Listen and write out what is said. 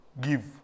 give